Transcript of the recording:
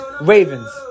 Ravens